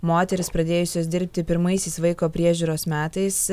moterys pradėjusios dirbti pirmaisiais vaiko priežiūros metais